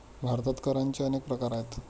भारतात करांचे अनेक प्रकार आहेत